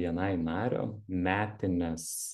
bni nario metinės